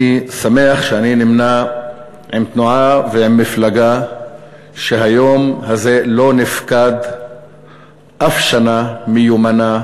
אני שמח שאני נמנה עם תנועה ועם מפלגה שהיום הזה לא נפקד אף שנה מיומנה